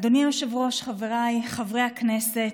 אדוני היושב-ראש, חבריי חברי הכנסת,